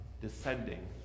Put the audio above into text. descending